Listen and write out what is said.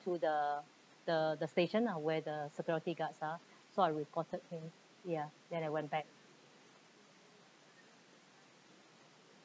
to the the the station lah where the security guards are so I reported him ya then I went back